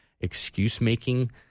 excuse-making